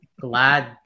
glad